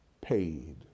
paid